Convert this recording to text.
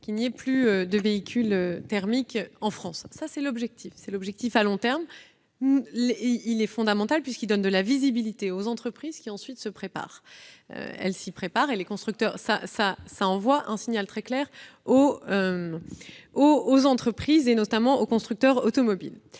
qu'il n'y ait plus de véhicules thermiques en France. Cet objectif à long terme est fondamental, puisqu'il donne de la visibilité aux entreprises, qui, ensuite, s'y préparent. Elles disparaissent ! Cela envoie un signal très clair aux entreprises, notamment aux constructeurs automobiles.